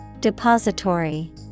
Depository